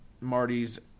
Marty's